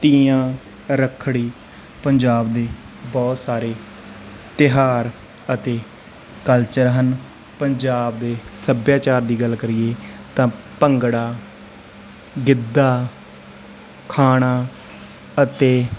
ਤੀਆਂ ਰੱਖੜੀ ਪੰਜਾਬ ਦੇ ਬਹੁਤ ਸਾਰੇ ਤਿਉਹਾਰ ਅਤੇ ਕਲਚਰ ਹਨ ਪੰਜਾਬ ਦੇ ਸੱਭਿਆਚਾਰ ਦੀ ਗੱਲ ਕਰੀਏ ਤਾਂ ਭੰਗੜਾ ਗਿੱਧਾ ਖਾਣਾ ਅਤੇ